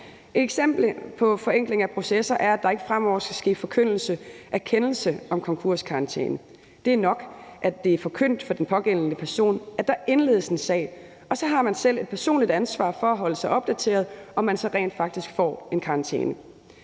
Et eksempel på en forenkling af processer er, at der ikke fremover skal ske forkyndelse af kendelse om konkurskarantæne. Det er nok, at det er forkyndt for den pågældende person, at der indledes en sag, og så har man selv et personligt ansvar for at holde sig opdateret, i forhold til om man så rent faktisk får en karantæne.